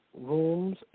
Rooms